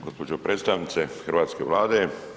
Gospođo predstavnice hrvatske Vlade.